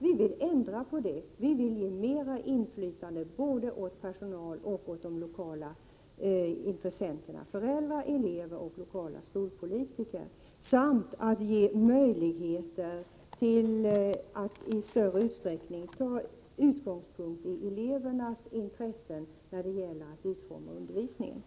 Vi vill ändra på det och ge mer inflytande både åt personal och åt de lokala intressenterna, föräldrar, elever och lokala skolpolitiker, samt ge möjlighet till att i större utsträckning ta hänsyn till elevernas intressen när det gäller att utforma undervisningen.